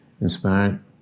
inspired